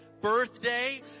birthday